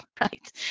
right